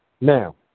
Now